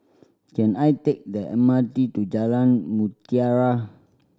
can I take the M R T to Jalan Mutiara